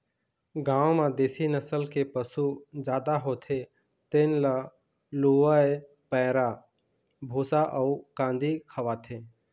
गाँव म देशी नसल के पशु जादा होथे तेन ल लूवय पैरा, भूसा अउ कांदी खवाथे